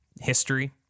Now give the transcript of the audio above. history